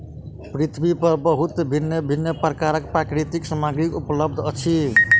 पृथ्वी पर बहुत भिन्न भिन्न प्रकारक प्राकृतिक सामग्री उपलब्ध अछि